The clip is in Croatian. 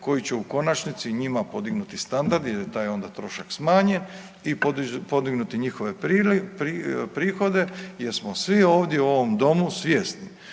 koji će u konačnici njima podignuti standard jer je taj onda trošak smanjen i podignuti njihove prihode jer smo svi ovdje u ovom domu svjesni